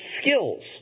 skills